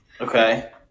Okay